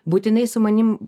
būtinai su manim